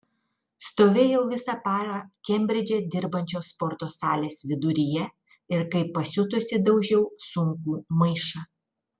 stovėjau visą parą kembridže dirbančios sporto salės viduryje ir kaip pasiutusi daužiau sunkų maišą